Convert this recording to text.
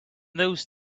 those